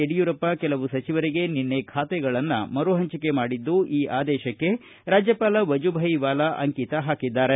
ಯಡಿಯೂರಪ್ಪ ಕೆಲವು ಸಚಿವರಿಗೆ ನಿನ್ನೆ ಖಾತೆಗಳನ್ನು ಮರುಹಂಚಿಕೆ ಮಾಡಿದ್ದು ಈ ಆದೇಶಕ್ಕೆ ರಾಜ್ಯಪಾಲ ವಜೂಭಾಯ್ ವಾಲಾ ಅಂಕಿತ ಹಾಕಿದ್ದಾರೆ